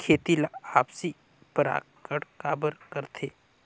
खेती ला आपसी परागण काबर करथे?